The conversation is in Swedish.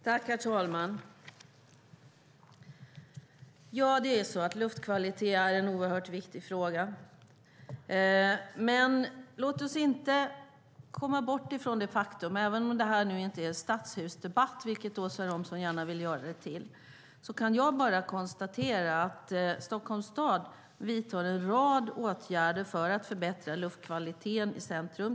Herr talman! Ja, luftkvalitet är en oerhört viktig fråga. Men låt oss inte komma bort ifrån det faktum - även om detta inte är en stadshusdebatt, vilket Åsa Romson gärna vill göra det till - att Stockholms stad vidtar en rad åtgärder för att förbättra luftkvaliteten i centrum.